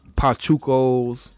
pachucos